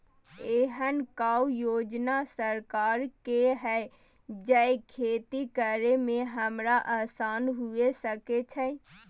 एहन कौय योजना सरकार के है जै खेती करे में हमरा आसान हुए सके छै?